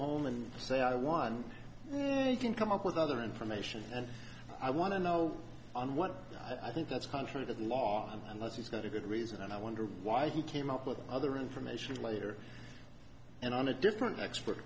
home and say i one can come up with other information and i want to know on what i think that's contrary to the law and unless he's got a good reason and i wonder why he came up with other information later and on a different expert